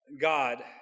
God